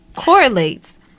correlates